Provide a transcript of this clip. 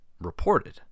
reported